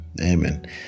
Amen